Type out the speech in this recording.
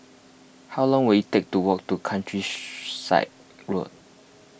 how long will it take to walk to Country side Road